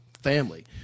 family